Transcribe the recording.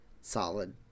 solid